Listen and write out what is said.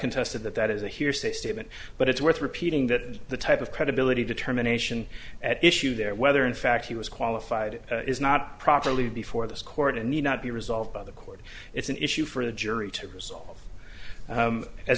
contested that that is a hearsay statement but it's worth repeating that the type of credibility determination at issue there whether in fact he was qualified is not properly before this court and need not be resolved by the court it's an issue for the jury to resolve